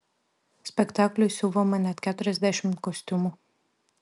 spektakliui siuvama net keturiasdešimt kostiumų